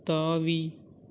தாவி